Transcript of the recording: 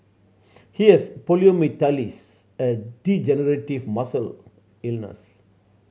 he has poliomyelitis a degenerative muscle illness